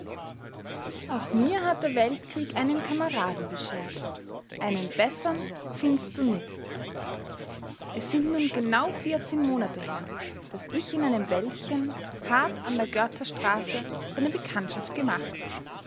auch mir hat der weltkrieg einen kameraden beschert einen bessern findst du nit es sind nun genau vierzehn monate her daß ich in einem wäldchen hart an der görzer straße seine bekanntschaft gemacht